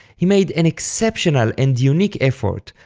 he made an exceptional and unique effort,